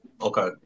Okay